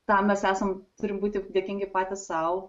tam mes esam turim būti dėkingi patys sau